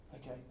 Okay